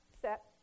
set